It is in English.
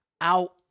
out